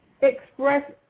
express